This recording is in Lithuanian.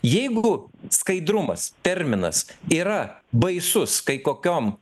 jeigu skaidrumas terminas yra baisus kai kokiom